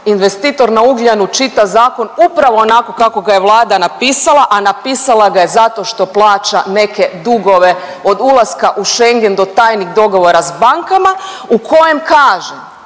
investitor na Ugljanu čita zakon upravo onako kako ga je Vlada napisala, a napisala ga je zato što plaća neke dugove od ulaska u Schengen do tajnih dogovora s bankama u kojem kaže